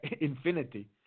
infinity